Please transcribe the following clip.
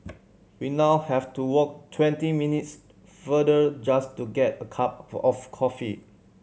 we now have to walk twenty minutes further just to get a cup of coffee